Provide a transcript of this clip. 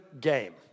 game